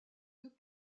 deux